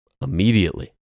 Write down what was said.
immediately